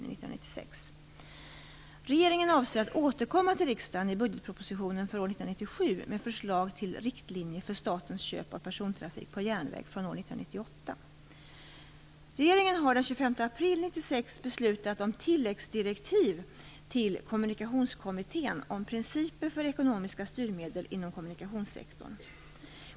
Regeringen har den 25 april 1996 beslutat om tilläggsdirektiv till Kommunikationskommittén om principer för ekonomiska styrmedel inom kommunikationssektorn.